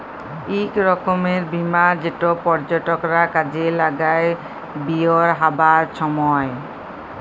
ইক রকমের বীমা যেট পর্যটকরা কাজে লাগায় বেইরহাবার ছময়